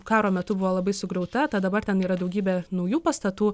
karo metu buvo labai sugriauta tad dabar ten yra daugybė naujų pastatų